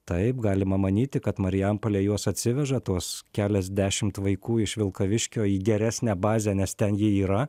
taip galima manyti kad marijampolė juos atsiveža tuos keliasdešimt vaikų iš vilkaviškio į geresnę bazę nes ten jie yra